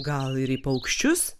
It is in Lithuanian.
gal ir į paukščius